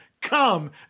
come